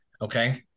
okay